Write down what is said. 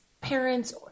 parents